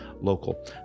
local